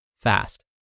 fast